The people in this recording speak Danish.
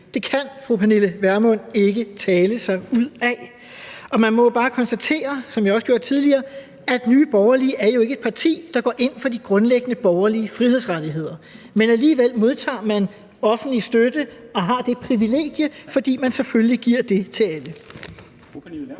Det kan fru Pernille Vermund ikke tale sig ud af. Og vi må jo bare konstatere, som jeg også gjorde tidligere, at Nye Borgerlige ikke er et parti, der går ind for de grundlæggende borgerlige frihedsrettigheder, men alligevel modtager de offentlig støtte og har det privilegie, fordi man selvfølgelig giver det til alle.